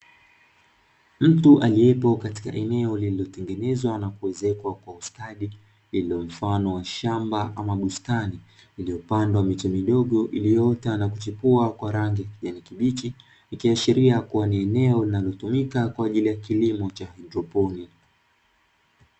Mtu aliyepo katika eneo lililotengenezwa na kuwezekwa kwa ustadi, lililo mfano wa shamba ama bustani iliyopandwa miche midogo iliyoota na kuchipua kwa rangi kijani kibichi, ikiashiria kuwa ni eneo linalotumika kwa ajili ya kilimo cha haidroponi.